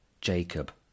Jacob